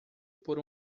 por